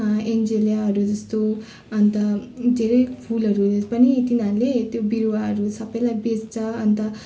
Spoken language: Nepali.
एन्जेलियाहरू जस्तो अन्त धेरै फुलहरू पनि तिनीहरूले त्यो बिरुवाहरू सबैलाई बेच्छ अन्त